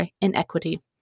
inequity